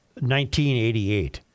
1988